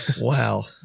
Wow